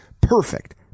Perfect